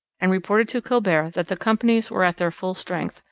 and reported to colbert that the companies were at their full strength,